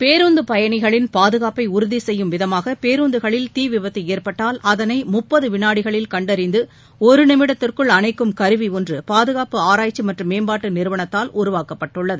பேருந்து பயணிகளின் பாதுகாப்பை உறுதி செய்யும் விதமாக பேருந்துகளில் தீ விபத்து ஏற்பட்டால் அதனை முப்பது வினாடிகளில் கண்டறிந்து ஒரு நிமிடத்திற்குள் அனைக்கும் கருவி ஒன்று பாதுகாப்பு ஆராய்ச்சி மற்றும் மேம்பாட்டு நிறுவனத்தால் உருவாக்கப்பட்டுள்ளது